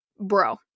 bro